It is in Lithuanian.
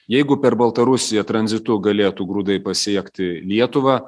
jeigu per baltarusiją tranzitu galėtų grūdai pasiekti lietuvą